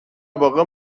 واقع